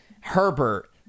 Herbert